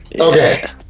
Okay